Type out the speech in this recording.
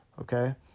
okay